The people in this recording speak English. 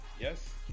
Yes